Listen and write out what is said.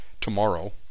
tomorrow